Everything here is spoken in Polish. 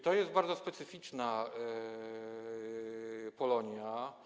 To jest bardzo specyficzna Polonia.